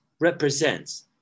represents